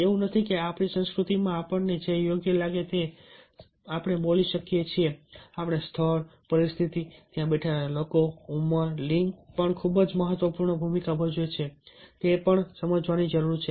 એવું નથી કે આપણી સંસ્કૃતિમાં આપણને જે યોગ્ય લાગે તે આપણે બોલી શકીએ છીએ આપણે સ્થળ પરિસ્થિતિ અને ત્યાં બેઠેલા લોકો તેમની ઉંમર અને લિંગ પણ ખૂબ જ મહત્વપૂર્ણ ભૂમિકા ભજવે છે તે પણ સમજવાની જરૂર છે